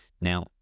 Now